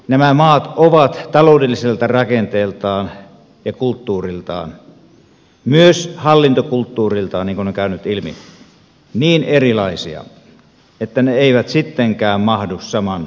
nämä maat ovat taloudelliselta rakenteeltaan ja kulttuuriltaan myös hallintokulttuuriltaan niin kuin on käynyt ilmi niin erilaisia että ne eivät sittenkään mahdu saman valuutan piiriin